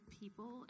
people